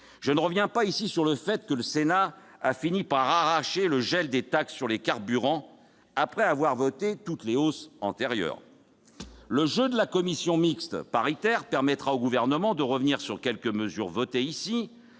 Je ne reviens pas ici sur le fait que le Sénat a fini par arracher le gel des taxes sur les carburants, après avoir voté toutes les hausses antérieures. Le jeu de la commission mixte paritaire permettra au Gouvernement de revenir sur quelques mesures votées ici,